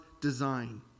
design